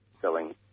selling